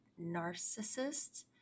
narcissists